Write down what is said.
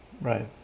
Right